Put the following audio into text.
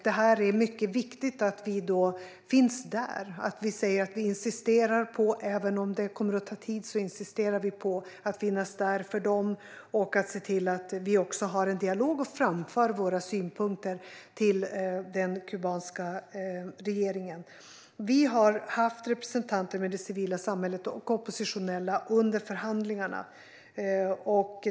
Det är mycket viktigt att vi, även om det kommer att ta tid, insisterar på att finnas där för dem och att vi har en dialog och framför våra synpunkter till den kubanska regeringen. Vi har haft representanter för det civila samhället och oppositionella med under förhandlingarna.